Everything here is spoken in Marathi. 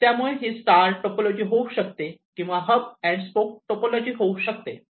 त्यामुळे ही स्टार टोपॉलॉजी होऊ शकते किंवा हब अँड स्पोक टोपोलॉजी होऊ शकते